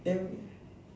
and